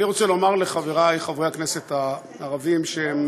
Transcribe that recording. אני רוצה לומר לחברי חברי הכנסת הערבים, שהם